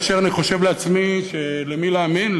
כאשר אני חושב לעצמי למי להאמין,